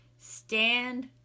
Stand